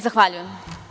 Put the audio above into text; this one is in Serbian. Zahvaljujem.